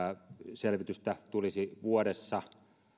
selvitystä tulisi vuodessa